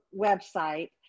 website